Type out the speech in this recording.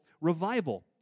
revival